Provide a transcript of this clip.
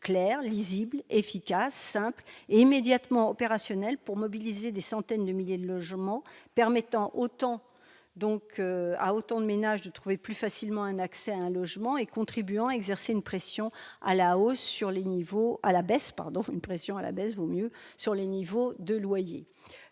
clair, lisible, efficace, simple et immédiatement opérationnel pour mobiliser des centaines de milliers de logements. Elle permettra à autant de ménages d'accéder plus facilement à un logement, et contribuera à exercer une pression à la baisse sur les niveaux de loyer.